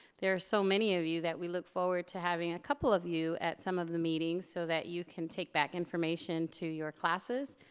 there are so many of you that we look forward to having a couple of you at some of the meetings so that you can take back information to your classes,